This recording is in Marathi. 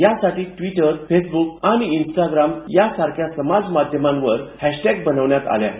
यासाठी ट्विटर फेसब्क आणि इंस्टाग्राम यांसारख्या समाज माध्यमांवर हॅश टॅग बनवण्यात आले आहेत